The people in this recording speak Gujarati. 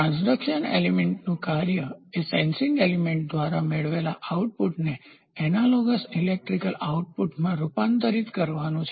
ટ્રાંસ્ડક્શન એલિમેન્ટનું કાર્ય એ સેન્સિંગ એલિમેન્ટ દ્વારા મેળવેલા આઉટપુટને એનાલોગસ ઇલેક્ટ્રિકલ આઉટપુટમાં રૂપાંતરિત કરવાનું છે